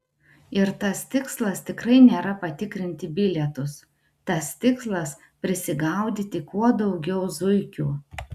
ir tas tikslas tikrai nėra patikrinti bilietus tas tikslas prisigaudyti kuo daugiau zuikių